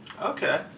Okay